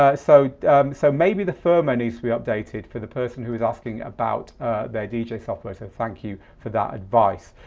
ah so so maybe the firmware needs to be updated for the person who is asking about their dj software. so thank you for that advice.